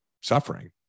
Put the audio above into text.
suffering